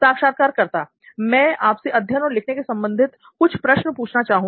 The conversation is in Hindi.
साक्षात्कारकर्ता मैं आपसे अध्ययन और लिखने से संबंधित कुछ प्रश्न पूछना चाहूँगा